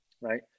Right